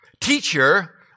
Teacher